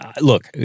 look